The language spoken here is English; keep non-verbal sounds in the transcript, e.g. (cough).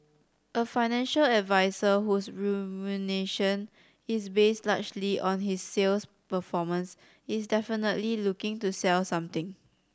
a financial advisor whose (unintelligible) is based largely on his sales performance is definitely looking to sell something